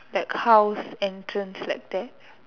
that house entrance like that